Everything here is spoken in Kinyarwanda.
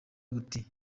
buti